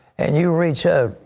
and you reach out.